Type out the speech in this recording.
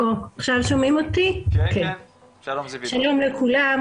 שלום לכולם,